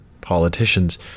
politicians